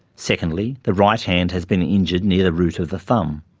secondly, the right hand has been injured near the root of the thumb.